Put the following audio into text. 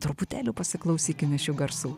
truputėlį pasiklausykime šių garsų